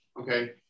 Okay